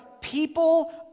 people